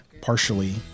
partially